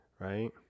right